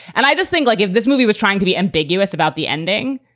and i just think, like, if this movie was trying to be ambiguous about the ending,